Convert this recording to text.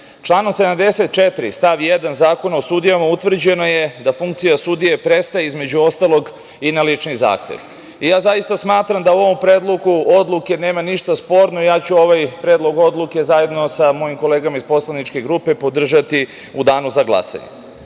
Članom 74. stav 1. Zakona o sudijama utvrđeno je da funkcija sudije prestaje, između ostalog i na lični zahtev. Zaista smatram a u ovom Predlogu odluke nema ništa sporno i ja ću ovaj Predlog odluke, zajedno sa mojim kolegama iz poslaničke grupe podržati u danu za glasanje. Moram